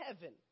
heaven